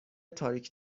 تاریک